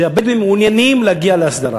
אני אומר לכם שהבדואים מעוניינים להגיע להסדרה,